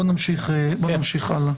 נמשיך הלאה.